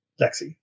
lexi